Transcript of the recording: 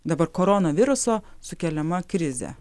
dabar koronaviruso sukeliama krizė